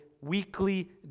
weekly